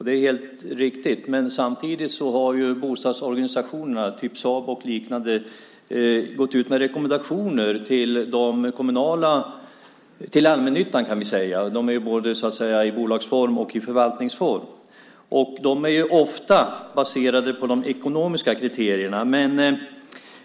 Det är helt riktigt, men samtidigt har ju bostadsorganisationerna som SABO och liknande gått ut med rekommendationer till allmännyttan. De är ju både i bolagsform och i förvaltningsform. De är ofta baserade på de ekonomiska kriterierna.